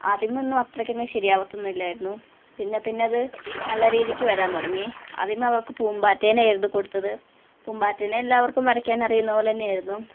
ആദ്യമൊന്നും അത്രയ്ക്കങ്ങ് ശരിയാവത്തൊന്നും ഇല്ലായിരുന്നു പിന്നെ പിന്നെ അത് നല്ല രീതിക്ക് വരാൻ തുടങ്ങി ആദ്യമേ അവർക്ക് പൂമ്പാറ്റേനെ ആയിരുന്നു കൊടുത്തത് പൂമ്പാറ്റേനെ എല്ലാവർക്കും വരയ്ക്കാൻ അറിയുന്നത് പോലെ തന്നെയായിരുന്നു